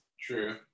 true